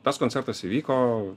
tas koncertas įvyko